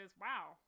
wow